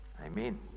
amen